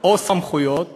או סמכויות